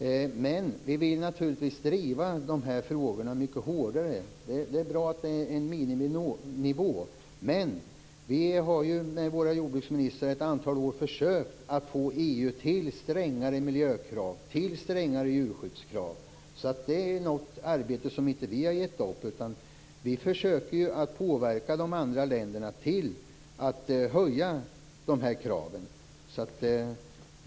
Men vi vill naturligtvis driva de här frågorna mycket hårdare. Det är bra att det finns en miniminivå, men vi har med våra jordbruksministrar ett antal år försökt att få EU att anta strängare miljökrav och djurskyddskrav. Det är ett arbete som vi inte har gett upp. Vi försöker att påverka de andra länderna att höja de här kraven.